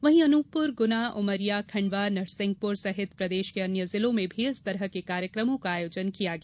वही अनूपपुर गुना उमरिया खंडवा नरसिंहपुर सहित प्रदेश के अन्य जिलों में भी इस तरह के कार्यक्रमों का आयोजन किया गया